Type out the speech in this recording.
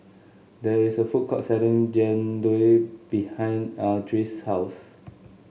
there is a food court selling Jian Dui behind Ardyce's house